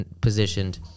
positioned